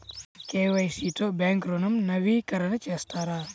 KYC తో bank ఋణం నవీకరణ చేస్తారా?